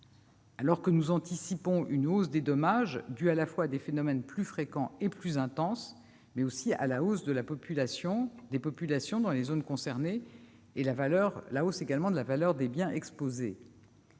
alors que nous anticipons une augmentation des dommages, due à la fois à des phénomènes plus fréquents et plus intenses, mais aussi à la hausse des populations dans les zones concernées et à celle de la valeur des biens exposés.